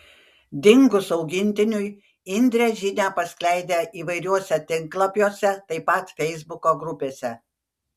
dingus augintiniui indrė žinią paskleidė įvairiuose tinklapiuose taip pat feisbuko grupėse